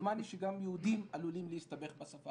שדומני שגם יהודים עלולים להסתבך בשפה